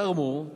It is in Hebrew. תרמו,